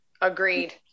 Agreed